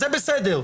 זה בסדר,